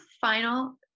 final